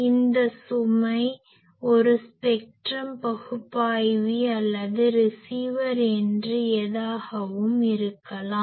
அந்த சுமை ஒரு ஸ்பெக்ட்ரம் பகுப்பாய்வி அல்லது ஒரு ரிசீவர் என்று எதாகவும் இருக்கலாம்